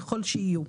ככל שהיו.